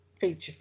feature